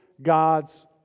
God's